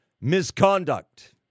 misconduct